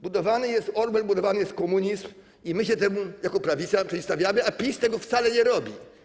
Budowany jest Orwell, budowany jest komunizm i my się temu jako prawica przeciwstawiamy, a PiS tego wcale nie robi.